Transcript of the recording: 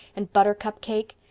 and buttercup cake.